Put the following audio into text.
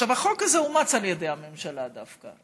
החוק הזה אומץ על ידי הממשלה דווקא.